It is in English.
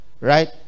Right